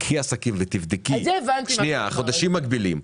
קחי עסקים ותבדקי חודשים מקבילים,